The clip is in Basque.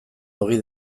ogi